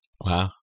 Wow